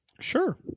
Sure